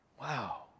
Wow